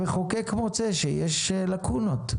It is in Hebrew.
המחוקק מוצא שיש לקונות.